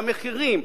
והמחירים,